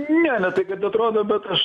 ne ne tai kad atrodo bet aš